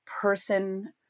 person